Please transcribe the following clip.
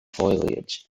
foliage